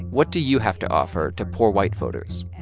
what do you have to offer to poor white voters?